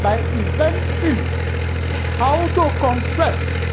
by inventing how to compress